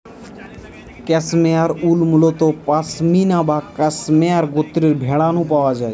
cashmere wool মুলত পসমিনা বা cashmere গোত্রর ভেড়া নু পাওয়া যায়